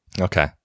Okay